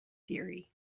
theory